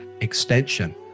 extension